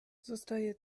zostaje